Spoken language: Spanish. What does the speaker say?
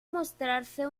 mostrarse